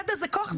ידע זה כוח.